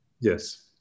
Yes